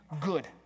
good